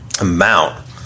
amount